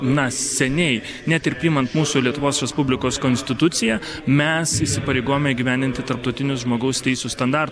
na seniai net ir priimant mūsų lietuvos respublikos konstituciją mes įsipareigojome įgyvendinti tarptautinius žmogaus teisių standartus